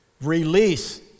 Release